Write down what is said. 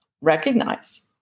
recognize